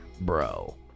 bro